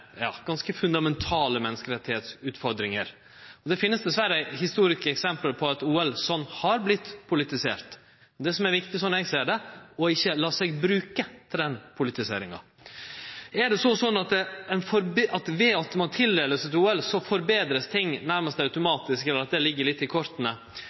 ganske fundamentale menneskerettsutfordringar. Det finst dessverre historiske eksempel på at OL har vorte politisert. Det som er viktig, slik eg ser det, er å ikkje la seg bruke i ei slik politisering. Er det slik at ved at ein vert tildelt eit OL, vert ting forbetra nærmast automatisk, eller at det ligg litt i